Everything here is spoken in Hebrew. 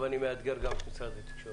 אני מאתגר עכשיו גם את משרד התקשורת.